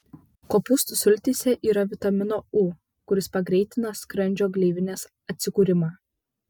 kopūstų sultyse yra vitamino u kuris pagreitina skrandžio gleivinės atsikūrimą